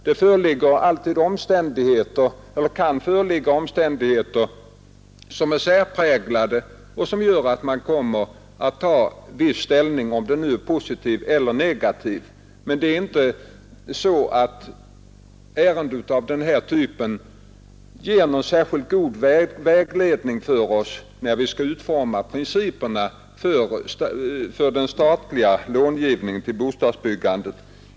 Det kan alltid föreligga omständigheter som är särpräglade och som gör att man kommer att ta en viss ställning, vare sig den nu blir positiv eller negativ. Ärenden av den här typen ger emellertid inte särskilt god vägledning för oss, när vi skall utforma principerna för den statliga långivningen till bostadsbyggandet.